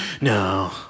no